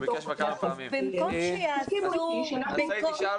תסכימו איתי שאנחנו